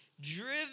driven